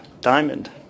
diamond